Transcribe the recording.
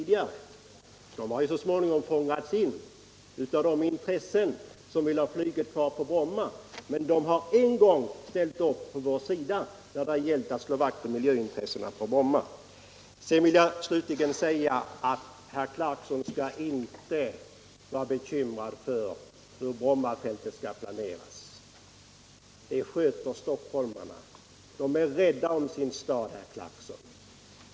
De har så småningom fångats in av de intressen som vill ha flyget kvar, men de har en gång ställt upp på vår sida när det gällt att slå vakt om miljöintressena på Bromma. Slutligen vill jag säga att herr Clarkson inte skall vara bekymrad för hur Brommafältet skall planeras; det sköter stockholmarna. De är rädda om sin stad, herr Clarkson.